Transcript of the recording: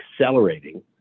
accelerating